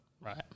Right